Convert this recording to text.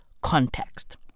context